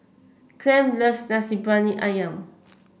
Clem loves Nasi Briyani ayam